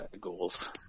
goals